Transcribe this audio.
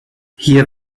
hier